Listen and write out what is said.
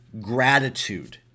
gratitude